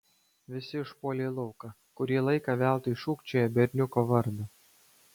visi išpuolė į lauką kurį laiką veltui šūkčiojo berniuko vardą